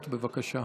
בבקשה.